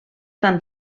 tan